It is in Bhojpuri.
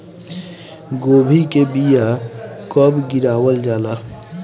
गोभी के बीया कब गिरावल जाला?